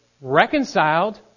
reconciled